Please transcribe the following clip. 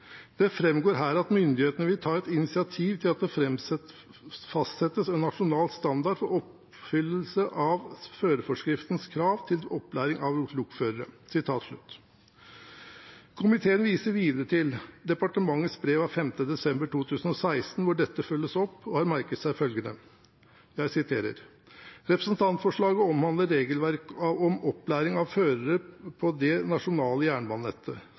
Det fremgår her at myndighetene vil ta initiativ til at det fastsettes en nasjonal standard for oppfyllelse av førerforskriftens krav til opplæring av lokførere.» Komiteen viser videre til departementets brev av 5. desember 2016, hvor dette følges opp, og har merket seg følgende: «Representantforslaget omhandler regelverket om opplæring av førere på det nasjonale jernbanenettet.